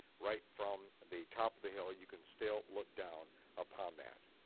right from the top of the hill, you can still look down upon that.